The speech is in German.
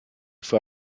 vor